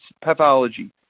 pathology